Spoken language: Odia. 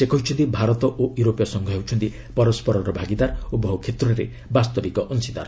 ସେ କହିଛନ୍ତି ଭାରତ ଓ ୟୁରୋପୀୟ ସଂଘ ହେଉଛନ୍ତି ପରସ୍କରର ଭାଗିଦାର ଓ ବହୁକ୍ଷେତ୍ରରେ ବାସ୍ତବିକ୍ ଅଂଶୀଦାର